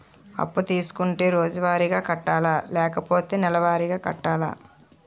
అప్పు తీసుకుంటే రోజువారిగా కట్టాలా? లేకపోతే నెలవారీగా కట్టాలా?